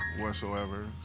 whatsoever